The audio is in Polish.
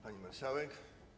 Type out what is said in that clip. Pani Marszałek!